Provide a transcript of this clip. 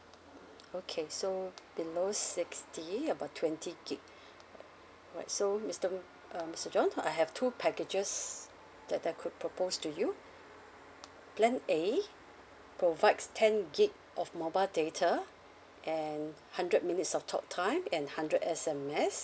okay so below sixty about twenty gig alright so mister um mister john I have two packages that I could propose to you plan A provides ten gig of mobile data and hundred minutes of talk time and hundred S_M_S